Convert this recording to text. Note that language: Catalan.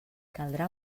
caldrà